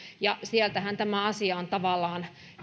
ja sieltähän tämä asia on tavallaan